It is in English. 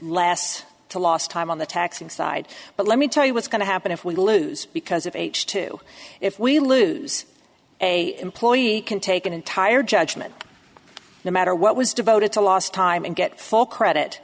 last to last time on the taxing side but let me tell you what's going to happen if we lose because of h two if we lose a employee can take an entire judgment no matter what was devoted to last time and get full credit